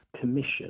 commission